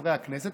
מחברי הכנסת,